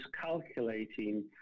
calculating